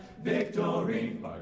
victory